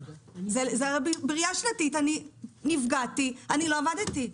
בראייה שנתית אני נפגעתי, לא עבדתי.